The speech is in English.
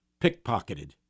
pickpocketed